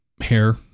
hair